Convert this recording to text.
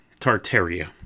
Tartaria